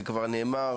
זה כבר נאמר,